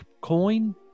Coin